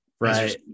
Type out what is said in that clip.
Right